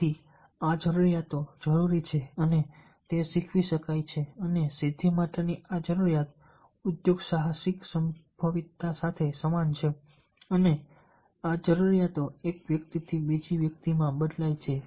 તેથી આ જરૂરિયાતો જરૂરી છે અને તે શીખવી શકાય છે અને સિદ્ધિ માટેની આ જરૂરિયાત ઉદ્યોગસાહસિક સંભવિતતા સાથે સમાન છે અને આ જરૂરિયાતો એક વ્યક્તિથી બીજી વ્યક્તિમાં બદલાય છે